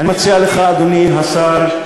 אדוני השר,